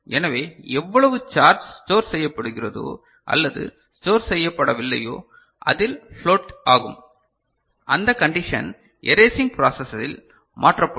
எனவே எவ்வளவு charge store செய்யப்படுகிறதோ அல்லது ஸ்டோர் செய்யப்படவில்லையோ அதில் ஃப்ளோட் ஆகும் அந்த கண்டிஷன் எரேசிங் ப்ராசெசில் மாற்றப்படும்